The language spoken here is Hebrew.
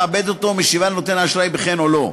מעבדת אותו ומשיבה לנותן האשראי ב"כן" או "לא".